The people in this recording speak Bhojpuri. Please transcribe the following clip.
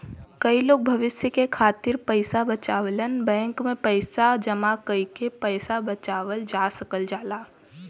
कई लोग भविष्य के खातिर पइसा बचावलन बैंक में पैसा जमा कइके पैसा बचावल जा सकल जाला